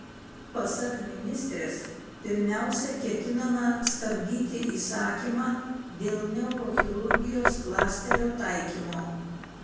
pasak ministrės pirmiausia ketinama stabdyti įsakymą dėl neurochirurgijos klasterio taikymo